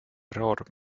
råd